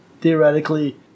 theoretically